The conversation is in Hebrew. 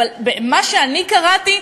אבל במה שקראתי,